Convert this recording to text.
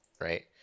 Right